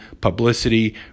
publicity